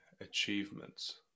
achievements